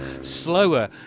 slower